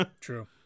True